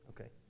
Okay